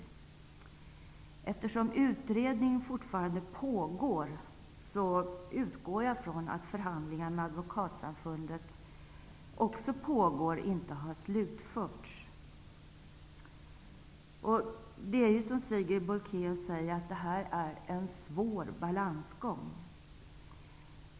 Men eftersom utredning fortfarande pågår, utgår jag från att också förhandlingarna med Advokatsamfundet pågår och inte har slutförts. Det är ju här, som Sigrid Bolkéus säger, en svår balansgång.